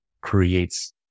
creates